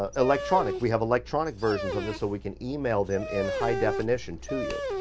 ah electronic. we have electronic versions of this so we can email them in high definition to you.